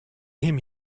him